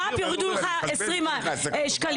תשלם על הוצאות ואת מה שצריך לתת תעזור לפריפריה,